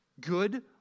good